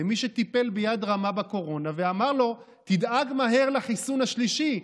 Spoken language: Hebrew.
למי שטיפל ביד רמה בקורונה ואמר לו: תדאג מהר לחיסון השלישי.